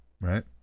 right